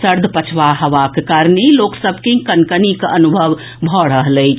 सर्द पछवा हवाक कारणे लोक सभ के कनकनी के अनुभव भऽ रहल अछि